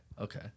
Okay